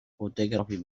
photography